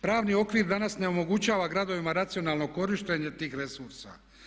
Pravni okvir danas ne omogućava gradovima racionalno korištenje tih resursa.